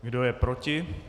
Kdo je proti?